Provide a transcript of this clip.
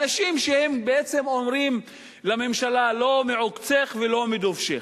אנשים שבעצם אומרים לממשלה: לא מעוקצך ולא מדובשך,